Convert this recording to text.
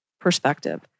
perspective